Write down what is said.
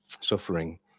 suffering